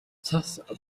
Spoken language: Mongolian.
цас